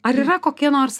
ar yra kokie nors